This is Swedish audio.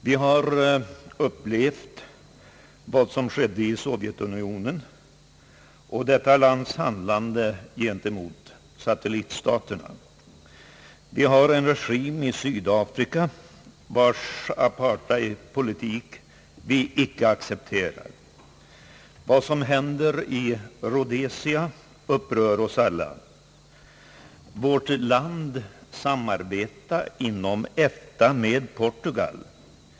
Vi har upplevt vad som skedde i Sovjetunionen och hur detta land handlade mot satellitstaterna. I Sydafrika finns en regim vars apartheidpolitik vi inte accepterar. Vad som händer i Rhodesia upprör oss alla. Vårt land samarbetar inom EFTA med Portugal.